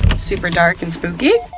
super dark and spooky.